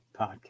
podcast